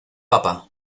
papa